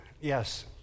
Yes